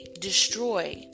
destroy